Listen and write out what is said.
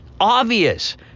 obvious